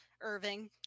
Irving